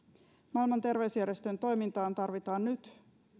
maailman terveysjärjestön toimintaa tarvitaan nyt